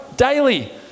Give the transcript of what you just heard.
daily